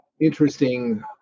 interesting